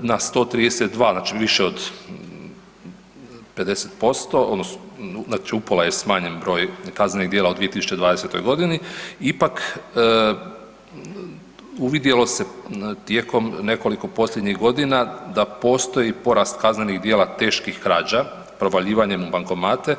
na 132, znači više od 50%, znači upola je smanjen broj kaznenih djela u 2020. g., ipak uvidjelo se tijekom nekoliko posljednjih godina da postoji porast kaznenih djela teških krađa provaljivanjem u bankomate.